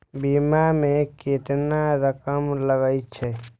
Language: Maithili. बीमा में केतना रकम लगे छै?